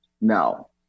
No